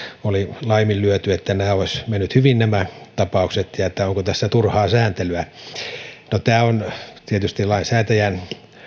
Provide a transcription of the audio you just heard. oli laiminlyöty ja että nämä tapaukset olisivat menneet hyvin ja kysyi onko tässä turhaa sääntelyä no on tietysti lainsäätäjän